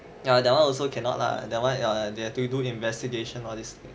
ya that one also cannot lah that one ya they have to do investigation all this